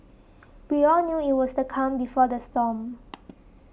we all knew that it was the calm before the storm